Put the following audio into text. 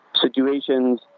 situations